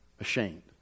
ashamed